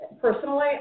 personally